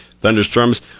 Thunderstorms